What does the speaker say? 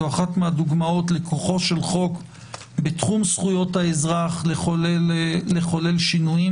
זו אחת הדוגמאות לכוחו של חוק בתחום זכויות האזרח לחולל שינויים.